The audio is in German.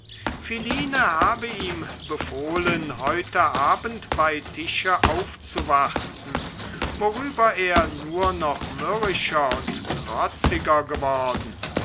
philine habe ihm befohlen heute abend bei tische aufzuwarten worüber er nur noch mürrischer und trotziger geworden